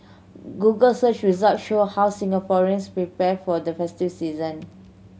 google search result show how Singaporeans prepare for the festive season